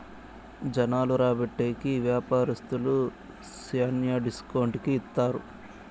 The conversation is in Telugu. జనాలు రాబట్టే కి వ్యాపారస్తులు శ్యానా డిస్కౌంట్ కి ఇత్తారు